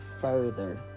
further